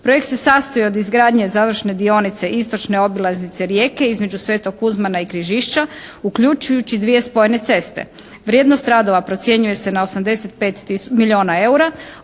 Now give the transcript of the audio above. Projekt se sastoji od izgradnje završne dionice istočne obilaznice Rijeke između Sv. Kuzmana i Križišća uključujući i dvije spojene ceste. Vrijednost radova procjenjuje se na 85 milijuna eura